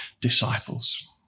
disciples